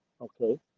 okay